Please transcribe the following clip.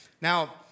Now